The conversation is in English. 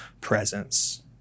presence